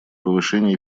повышения